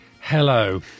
Hello